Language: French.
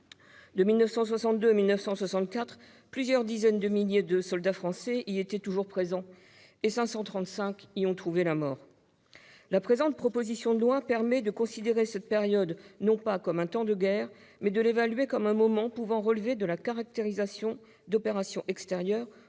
1962 et 1964, plusieurs dizaines de milliers de soldats français y étaient toujours présents et 535 d'entre eux y ont trouvé la mort. La présente proposition de loi permet de considérer cette période non pas comme un temps de guerre, mais comme un moment pouvant relever de la caractérisation d'opérations extérieures,